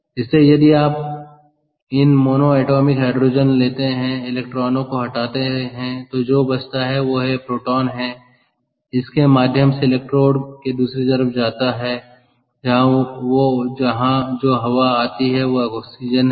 इसलिए यदि आप आप एक मोनो एटॉमिक हाइड्रोजन लेते हैं और इलेक्ट्रॉनों को हटाते हैं तो जो बचता है वह यह प्रोटॉन है जो इस के माध्यम से इलेक्ट्रोड के दूसरी तरफ जाता है जहां जो हवा आती है वह ऑक्सीजन है